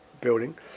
building